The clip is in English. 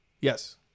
Yes